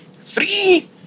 Three